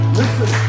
listen